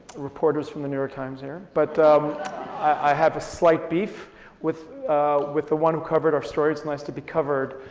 reporters from the new york times here, but i have a slight beef with with the one who covered our story it's nice to be covered,